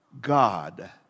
God